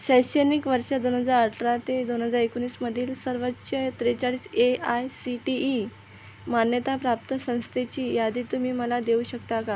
शैक्षणिक वर्ष दोन हजार अठरा ते दोन हजार एकोणीसमधील सर्वोच्च त्रेचाळीस A I C T E मान्यताप्राप्त संस्थेची यादी तुम्ही मला देऊ शकता का